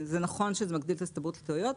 זה נכון שזה מגדיל את האפשרויות לטעויות.